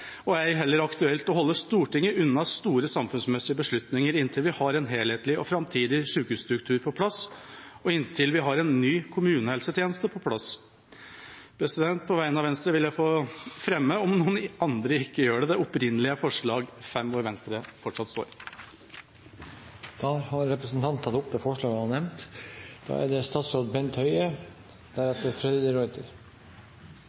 og ei heller aktuelt å holde Stortinget unna store samfunnsmessige beslutninger inntil vi har en helhetlig og framtidig sykehusstruktur på plass, og inntil vi har en ny kommunehelsetjeneste på plass. På vegne av Venstre vil jeg få fremme, om noen andre ikke gjør det, det opprinnelige forslaget, nr. 5, der Venstre fortsatt står. Representanten Kjenseth har tatt opp det forslaget han